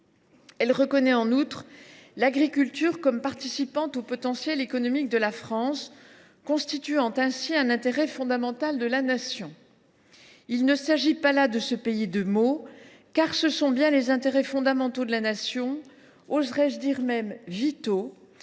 Il reconnaît, en outre, l’agriculture comme participant au potentiel économique de la France, constituant ainsi un intérêt fondamental de la Nation. Il ne s’agit pas là de se payer de mots, car ce sont bien les intérêts fondamentaux – oserais je même dire vitaux